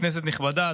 כנסת נכבדה,